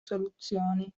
soluzioni